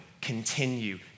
continue